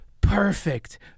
Perfect